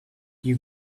you